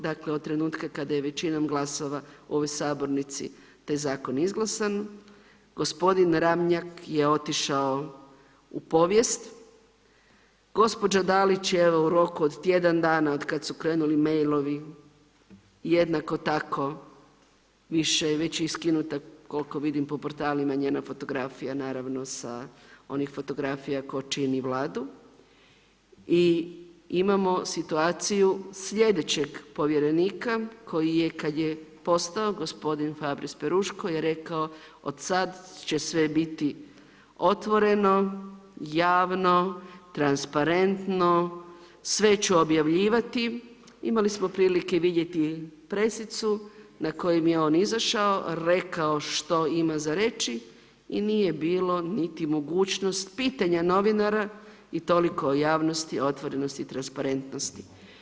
Dakle, od trenutka kada je većinom glasova u ovoj Sabornici taj Zakon izglasan, gospodin Ramljak je otišao u povijest, gospođa Dalić je u roku od tjedan dana od kad su krenuli mail-ovi jednako tako više je već i skinuta kolko vidim, po portalima njena fotografija, naravno sa onih fotografija ko čini Vladu i imamo situaciju sljedećeg povjerenika koji je kad je postao, gospodin Fabris Peruško je rekao od sad će sve biti otvoreno, javno, transparentno, sve ću objavljivat, imali smo prilike vidjeti presicu na koju je on izašao, rekao što ima za reći i nije bilo niti mogućnost pitanja novinara i toliko o javnosti, otvorenosti i transparentnosti.